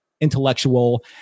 intellectual